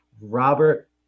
Robert